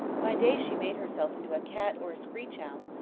by day she made herself into a cat or a screech-owl,